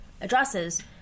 addresses